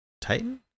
Titan